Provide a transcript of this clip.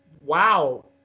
wow